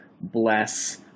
bless